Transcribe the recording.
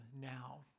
now